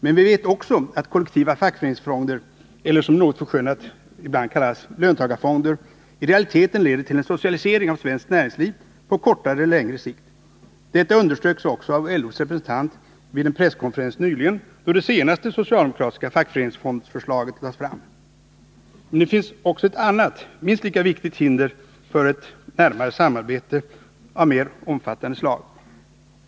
Men vi vet också att kollektiva fackföreningsfonder eller, som det något förskönat ibland kallas, löntagarfonder, i realiteten leder till en socialisering av svenskt näringsliv på kortare eller längre sikt. Detta underströks också av LO:s representant vid en presskonferens nyligen, då det senaste socialdemokratiska fackföreningsfondförslaget lades fram. Men det finns även ett annat, minst lika viktigt, hinder för ett närmare samarbete av mer omfattande slag.